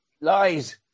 Lies